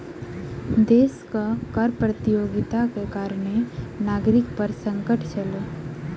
देशक कर प्रतियोगिताक कारणें नागरिक पर संकट छल